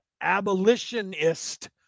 abolitionist